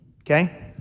Okay